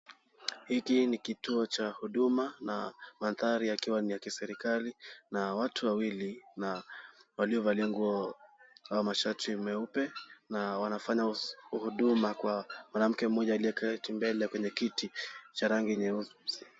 Hiki ni kituo cha huduma na mandhari yakiwa ni ya kiserikali na watu wawili na waliovalia nguo na mashati meupe, wanafanya huduma kwa mwanamke mmoja aliyeketi mbele kwenye kiti cha rangi nyeusi.